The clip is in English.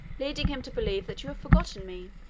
leading him to believe that you have forgotten me.